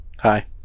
Hi